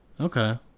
okay